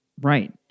Right